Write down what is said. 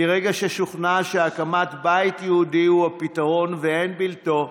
מרגע ששוכנע שהקמת בית יהודי היא הפתרון ואין בלתו,